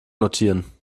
notieren